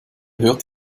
hört